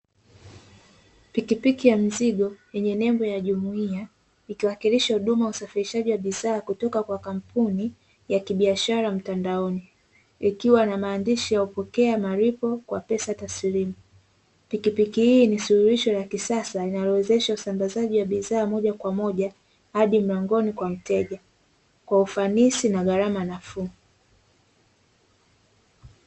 Pikipiki ya mzigo yenye nembo ya jumuiya, ikiwakilisha huduma ya usafirishaji wa bidhaa kutoka kwa kampuni ya kibiashara mtandaoni, ikiwa na maandishi ya kupokea malipo kwa pesa taslimu pikipiki hii ni suluhisho la kisasa, linalowezesha usambazaji wa bidhaa moja kwa moja hadi mlangoni kwa mteja kwa ufanisi na gharama nafuu.